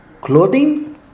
clothing